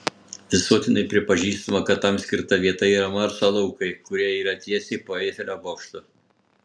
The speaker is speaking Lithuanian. visuotinai pripažįstama kad tam skirta vieta yra marso laukai kurie yra tiesiai po eifelio bokštu